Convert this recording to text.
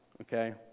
okay